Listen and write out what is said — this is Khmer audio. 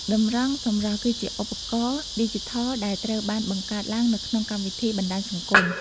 តម្រងសម្រស់ គឺជាឧបករណ៍ឌីជីថលដែលត្រូវបានបង្កើតឡើងនៅក្នុងកម្មវិធីបណ្ដាញសង្គម។